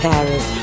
Paris